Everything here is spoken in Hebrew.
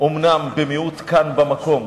אומנם במיעוט כאן במקום,